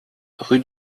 rue